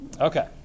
Okay